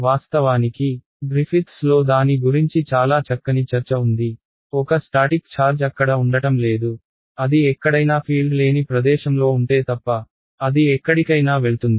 వాస్తవానికి గ్రిఫిత్స్ లో దాని గురించి చాలా చక్కని చర్చ ఉంది ఒక స్టాటిక్ ఛార్జ్ అక్కడ ఉండటం లేదు అది ఎక్కడైనా ఫీల్డ్ లేని ప్రదేశంలో ఉంటే తప్ప అది ఎక్కడికైనా వెళ్తుంది